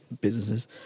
businesses